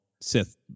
Sith